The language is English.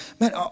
Man